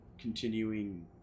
continuing